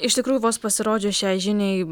iš tikrųjų vos pasirodžius šiai žiniai